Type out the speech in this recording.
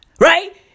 Right